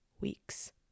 weeks